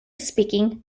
speaking